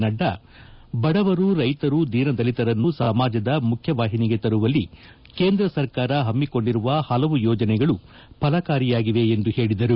ನಡ್ಡಾ ಬಡವರು ರೈತರು ದೀನದಲಿತರನ್ನು ಸಮಾಜದ ಮುಖ್ಯವಾಹಿನಿಗೆ ತರುವಲ್ಲಿ ಕೇಂದ್ರ ಸರ್ಕಾರ ಹಮ್ನಿಕೊಂಡಿರುವ ಹಲವು ಯೋಜನೆಗಳು ಫಲಕಾರಿಯಾಗಿವೆ ಎಂದು ಹೇಳಿದರು